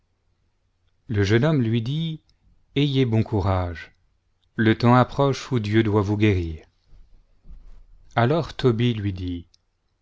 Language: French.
le jeune homme lui dit aj'ez bon courage le temps approche où dieu doit vous guérir alors tobie lui dit